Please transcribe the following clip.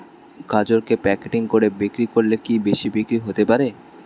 গাজরকে প্যাকেটিং করে বিক্রি করলে কি বেশি বিক্রি হতে পারে?